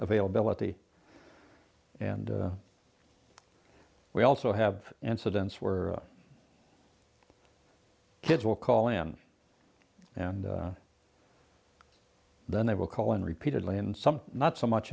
availability and we also have incidents were kids will call in and then they will call in repeatedly and some not so much